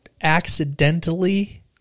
accidentally